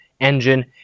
engine